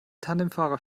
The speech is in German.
tandemfahrer